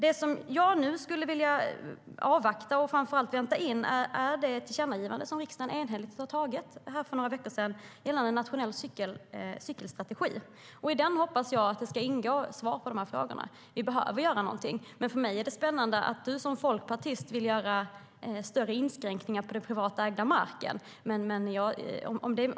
Nu vill jag avvakta och vänta in framför allt det tillkännagivande om en nationell cykelstrategi som riksdagen enhälligt antog för några veckor sedan. Jag hoppas att svar på frågorna ska ingå i den. Vi behöver göra något. För mig är det spännande att Nina Lundström som folkpartist vill göra större inskränkningar på den privat ägda marken.